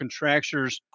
contractures